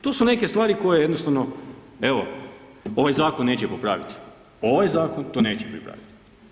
To su neke stvari koje jednostavno evo ovaj zakon neće popraviti, ovaj zakon to neće popraviti.